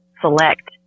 select